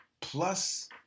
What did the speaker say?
plus